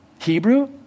Hebrew